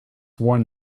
sworn